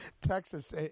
Texas